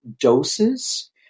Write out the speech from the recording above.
doses